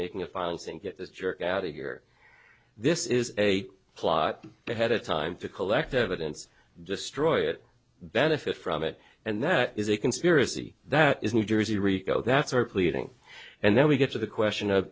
making a final saying get this jerk out of your this is a plot ahead of time to collect the evidence destroy it benefit from it and that is a conspiracy that is new jersey rico that's our pleading and then we get to the question of